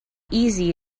easy